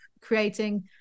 creating